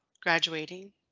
graduating